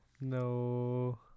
No